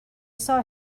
saw